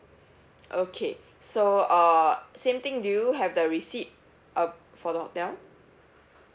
okay so uh same thing do you have the receipt uh for the hotel